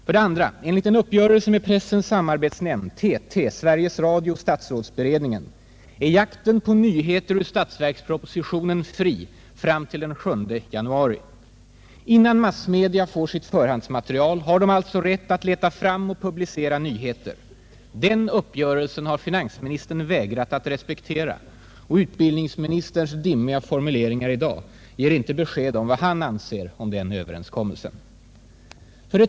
2) Enligt en uppgörelse med pressens samarbetsnämnd, TT, Sveriges Radio och statsrådsberedningen är jakten på nyheter ur statsverkspropositionen fri fram till den 7 januari. Innan massmedia får sitt förhandsmaterial har de alltså rätt att leta fram och publicera nyheter. Den uppgörelsen har finansministern vägrat att respektera, och utbildningsministerns dimmiga formuleringar i dag ger inte besked om vad han anser om den överenskommelsen.